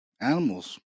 animals